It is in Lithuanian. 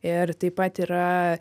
ir taip pat yra